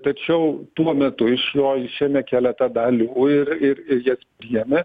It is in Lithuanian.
tačiau tuo metu iš jo išėmė keletą dalių ir ir jas jame